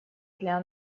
для